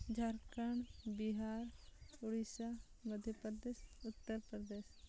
Jharkhand Bihar Odisha Madhya Pradesh Uttar Pradesh